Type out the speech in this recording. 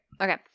Okay